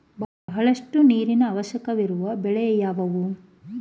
ಬಹಳಷ್ಟು ನೀರಿನ ಅವಶ್ಯಕವಿರುವ ಬೆಳೆ ಯಾವುವು?